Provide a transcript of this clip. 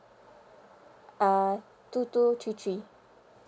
uh two two three three